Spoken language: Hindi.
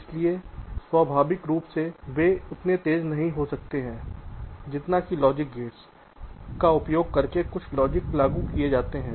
इसलिए स्वाभाविक रूप से वे उतने तेज़ नहीं हो सकते हैं जितना कि लॉजिक गेट्स का उपयोग करके कुछ लॉजिक लागू किए जाते हैं